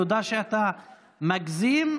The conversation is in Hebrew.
תודה שאתה מגזים,